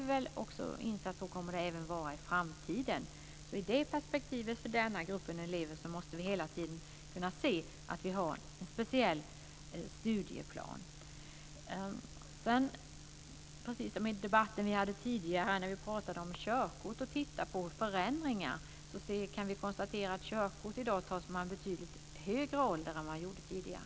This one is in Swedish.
Vi får nog inse att det kommer att vara så även i framtiden. För den gruppen elever måste vi hela tiden ha en speciell studieplan. I en tidigare debatt pratade vi om körkort och tittade på förändringar. Vi kan konstatera att man tar körkort vid betydligt högre ålder i dag än vad man gjorde tidigare.